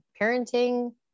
parenting